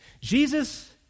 Jesus